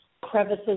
crevices